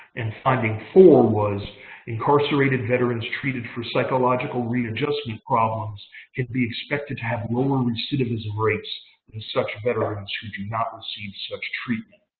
and finding four was incarcerated veterans treated for psychological readjustment problems can be expected have lower recidivism rates than such veterans who do not receive such treatment.